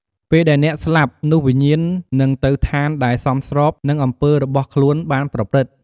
ពេលដែលអ្នកស្លាប់ នោះវិញ្ញាណនឹងទៅឋានដែលសមស្របនឹងអំពើរបស់ខ្លួនបានប្រព្រឹត្ត។